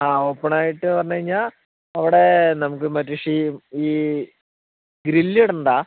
ആ ഓപ്പണായിട്ട് പറഞ്ഞു കഴിഞ്ഞാൽ അവിടെ നമുക്ക് മറ്റേ ഷീ ഈ ഗ്രില്ലിടണ്ട